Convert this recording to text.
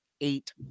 eight